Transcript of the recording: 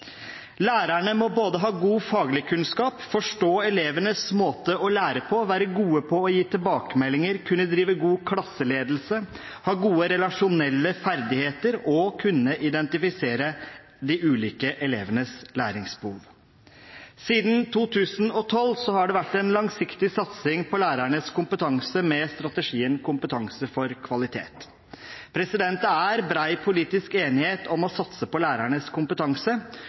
Lærerne må ha god faglig kunnskap, forstå elevenes måte å lære på, være gode til å gi tilbakemeldinger, kunne drive god klasseledelse, ha gode relasjonelle ferdigheter og kunne identifisere de ulike elevenes læringsbehov. Siden 2012 har det vært en langsiktig satsing på lærernes kompetanse med strategien Kompetanse for kvalitet. Det er bred politisk enighet om å satse på lærernes kompetanse